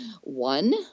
one